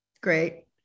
Great